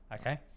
okay